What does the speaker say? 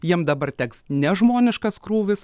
jiem dabar teks nežmoniškas krūvis